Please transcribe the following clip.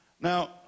now